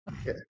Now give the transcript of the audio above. okay